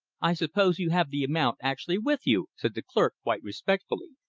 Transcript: i suppose you have the amount actually with you, said the clerk, quite respectfully,